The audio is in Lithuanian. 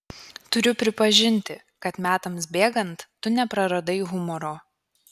turiu pripažinti kad metams bėgant tu nepraradai humoro